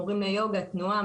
מורים ליוגה ולתנועה,